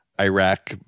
Iraq